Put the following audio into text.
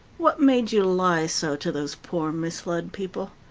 what made you lie so to those poor, misled people?